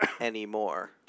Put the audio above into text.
anymore